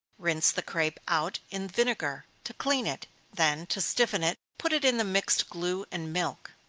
rinse the crape out in vinegar to clean it then, to stiffen it, put it in the mixed glue and milk.